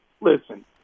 listen